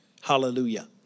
Hallelujah